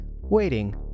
waiting